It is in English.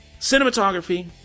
cinematography